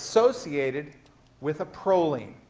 associated with a proline.